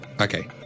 okay